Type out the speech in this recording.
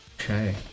Okay